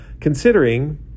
considering